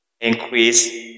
increase